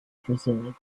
preserve